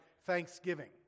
thanksgiving